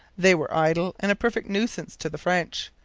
they were idle and a perfect nuisance to the french.